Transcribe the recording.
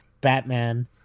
batman